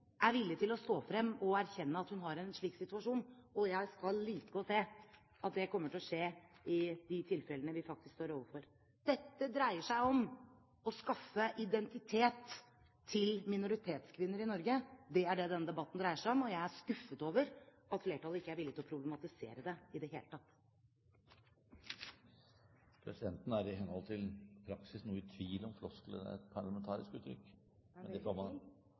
er villig til å stå frem og erkjenne at hun er i en slik situasjon, og jeg skal like å se at det kommer til å skje i de tilfellene vi faktisk står overfor. Dette dreier seg om å skaffe identitet til minoritetskvinner i Norge. Det er det denne debatten dreier seg om, og jeg er skuffet over at flertallet ikke er villig til å problematisere det i det hele tatt. Presidenten er i henhold til praksis noe i tvil om «floskel» er et parlamentarisk utrykk. Det